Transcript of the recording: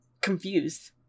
Confused